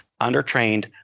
undertrained